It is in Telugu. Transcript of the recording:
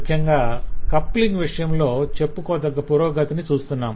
ముఖ్యంగా కప్లింగ్ విషయంలో చెప్పుకోదగ్గ పురోగతిని చూస్తున్నాం